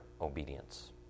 obedience